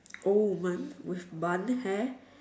old woman with bun hair